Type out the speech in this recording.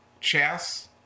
Chess